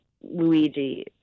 Luigi